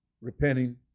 repenting